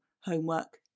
homework